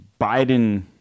Biden